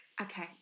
Okay